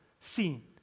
seen